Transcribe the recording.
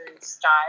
style